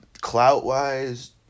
clout-wise